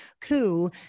coup